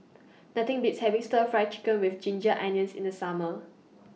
Nothing Beats having Stir Fry Chicken with Ginger Onions in The Summer